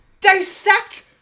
dissect